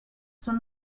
són